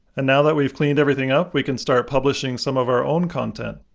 and now that we've cleaned everything up, we can start publishing some of our own content.